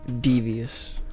devious